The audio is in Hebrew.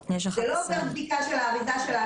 זה לא עובר בדיקה של האריזה.